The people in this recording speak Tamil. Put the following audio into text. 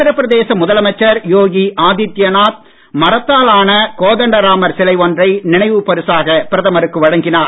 உத்திரப் பிரதேச முதலமைச்சர் யோகி ஆதித்தியநாத் மரத்தால் ஆன கோதண்டராமர் சிலை ஒன்றை நினைவு பரிசாக பிரதமருக்கு வழங்கினார்